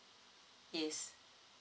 yes